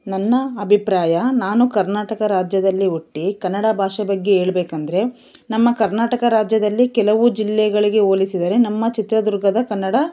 ನನ್ನ ಅಭಿಪ್ರಾಯ ನಾನು ಕರ್ನಾಟಕ ರಾಜ್ಯದಲ್ಲಿ ಹುಟ್ಟಿ ಕನ್ನಡ ಭಾಷೆ ಬಗ್ಗೆ ಹೇಳ್ಬೇಕಂದ್ರೆ ನಮ್ಮ ಕರ್ನಾಟಕ ರಾಜ್ಯದಲ್ಲಿ ಕೆಲವು ಜಿಲ್ಲೆಗಳಿಗೆ ಹೋಲಿಸಿದರೆ ನಮ್ಮ ಚಿತ್ರದುರ್ಗದ ಕನ್ನಡ